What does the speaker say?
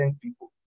people